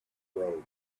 row